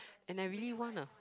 and I really want a